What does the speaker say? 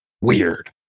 Weird